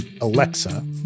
Alexa